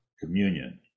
communion